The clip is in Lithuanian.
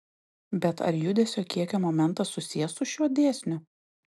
bet ar judesio kiekio momentas susijęs su šiuo dėsniu